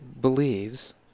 believes